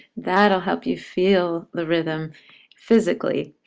that'll help you feel the rhythm physically.